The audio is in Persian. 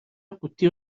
قوطی